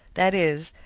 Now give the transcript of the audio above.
that is,